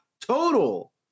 total